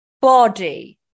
Body